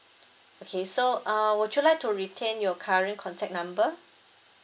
okay so uh would you like to retain your current contact number